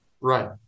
Right